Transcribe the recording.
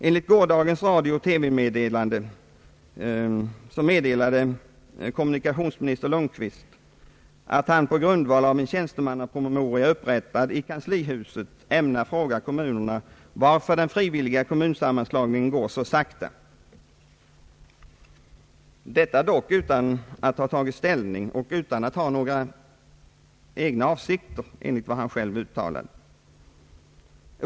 Enligt vad som framgick av gårdagens radio och TV meddelade kommunikationsminister Lundkvist, att han på grundval av en tjänstemannapromemoria, upprättad i kanslihuset, ämnar fråga kommunerna varför den frivilliga kommunsammanläggningen går så sakta, detta dock utan att ha tagit ställning och utan att ha några avsikter.